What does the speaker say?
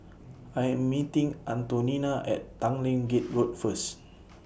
I Am meeting Antonina At Tanglin Gate Road First